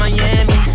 Miami